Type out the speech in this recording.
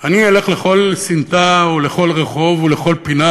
אני אלך לכל סמטה ולכל רחוב ולכל פינה